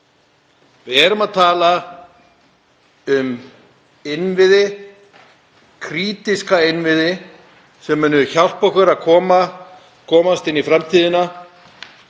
Við erum að tala um innviði, krítíska innviði, sem munu hjálpa okkur að komast inn í framtíðina.